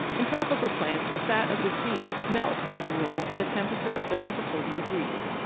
in tropical plants the fat of the seeds melts as a rule at a temperature of thirty to forty degrees.